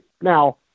Now